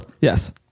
Yes